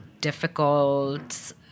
difficult